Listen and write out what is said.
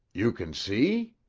you can see?